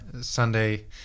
Sunday